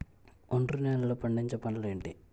ఒండ్రు నేలలో పండించే పంటలు ఏంటి?